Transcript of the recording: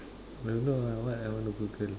I don't know ah what I want to Google